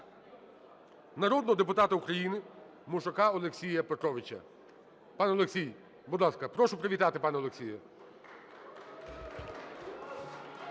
народного депутата України Мушака Олексія Петровича. Пане Олексій, будь ласка, прошу привітати пана Олексія.